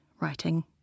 writing